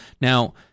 Now